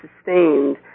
sustained